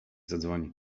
zadzwoni